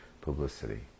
publicity